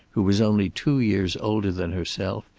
who was only two years older than herself,